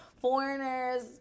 foreigners